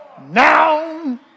Now